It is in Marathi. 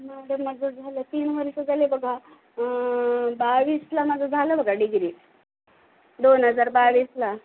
मॅडम माझं झालं तीन वर्षं झाले बघा बावीसला माझं झालं बघा डिग्री दोन हजार बावीसला